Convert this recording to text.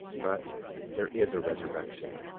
but there is a resurrection,